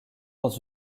dans